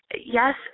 yes